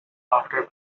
after